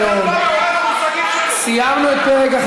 חברי,